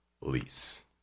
lease